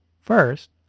First